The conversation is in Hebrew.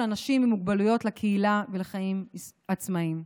אנשים עם מוגבלויות לקהילה ולחיים עצמאיים.